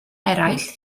eraill